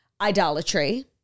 idolatry